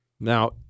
Now